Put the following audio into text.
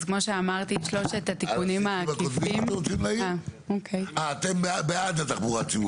אז כמו שאמרתי על שלושת התיקונים --- אתם בעד התחבורה הציבורית?